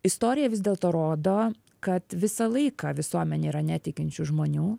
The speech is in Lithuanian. istorija vis dėlto rodo kad visą laiką visuomenėj yra netikinčių žmonių